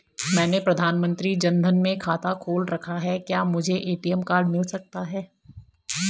मैंने प्रधानमंत्री जन धन में खाता खोल रखा है क्या मुझे ए.टी.एम कार्ड मिल सकता है?